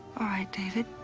all right, david.